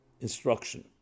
instruction